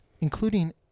Including